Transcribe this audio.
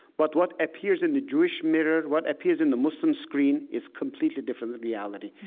but what appears in the jewish mirror, what appears in the muslim screen, is completely different than reality.